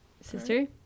Sister